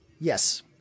Yes